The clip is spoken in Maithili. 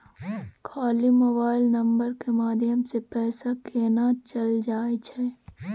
खाली मोबाइल नंबर के माध्यम से पैसा केना चल जायछै?